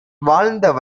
வாழ்ந்த